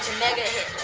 mega hit